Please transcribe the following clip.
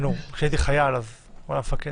כשהייתי חייל הוא היה המפקד.